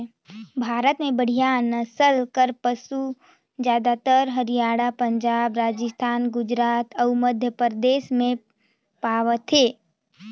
भारत में बड़िहा नसल कर पसु जादातर हरयाना, पंजाब, राजिस्थान, गुजरात अउ मध्यपरदेस में पवाथे